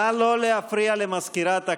נא לא להפריע למזכירת הכנסת.